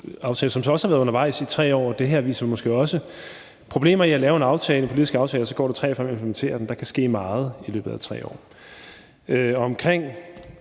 så også har været undervejs i 3 år, og det viser måske også problemet i at lave en politisk aftale, som der så går 3 år før man implementerer, for der kan ske meget i løbet af 3 år.